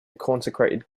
consecrated